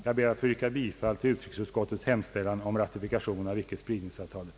Jag ber att få yrka bifall till utrikesutskottets hemställan om ratifikation av icke-spridningsavtalet.